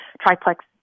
triplex